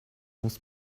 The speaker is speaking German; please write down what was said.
muss